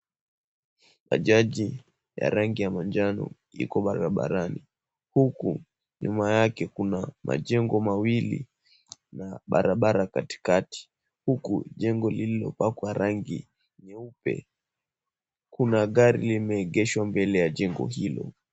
Bajaji ya rangi ya manjano iko barabarani, huku nyuma yake kuna majengo mawili na barabara katikati, huku jengo lililopakwa rangi nyeupe. Kuna gari limeegeshwa mbele ya njengo hilo.